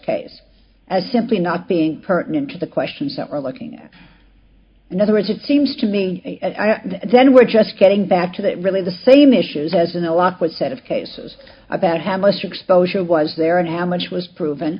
case as simply not being pertinent to the questions that we're looking at in other words it seems to be then we're just getting back to that really the same issues as in the law which set of cases about have less exposure was there and how much was proven